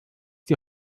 die